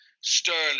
Sterling